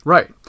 Right